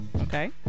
okay